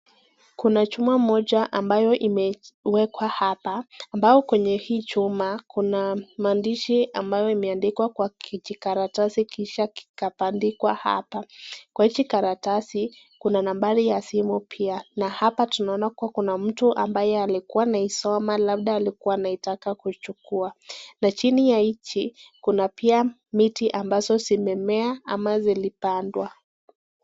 Kuna chuma moja ambayo imewekwa hapa. Ambao kwenye hii chuma kuna maandishi ambayo imeandikwa kwa kijikaratasi kisha kikabandikwa hapa. Kwa hiki karatasi Kuna nambari ya simu pia. Na hapa tunaona kuwa kuna mtu ambaye alikuwa anaisoma labda alikuwa anaitaka kuchukua, na chini ya hiki kuna pia miti ambazo zimemea ama zilipandwa.